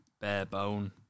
bare-bone